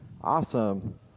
Awesome